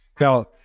Now